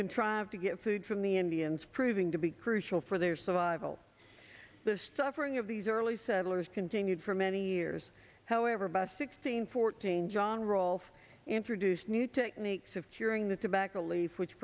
contrived to get food from the indians proving to be crucial for their survival the suffering of these early settlers continued for many years however by sixteen fourteen rolf introduced new techniques of curing the tobacco leaf which